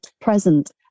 present